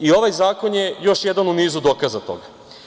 I ovaj zakon je još jedan u nizu dokaza toga.